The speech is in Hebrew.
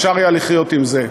אפשר היה לחיות עם זה.